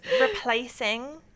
replacing